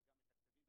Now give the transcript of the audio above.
יש כל מיני התנגדויות.